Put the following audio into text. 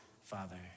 Father